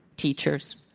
teachers.